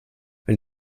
wenn